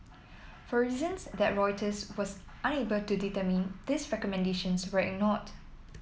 for reasons that Reuters was unable to determine these recommendations were ignored